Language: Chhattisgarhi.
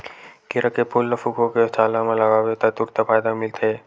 केरा के फूल ल सुखोके छाला म लगाबे त तुरते फायदा मिलथे